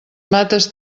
mates